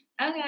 Okay